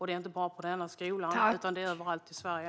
Det är inte bara på denna skola utan överallt i Sverige.